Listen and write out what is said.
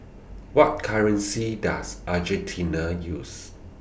What currency Does Argentina use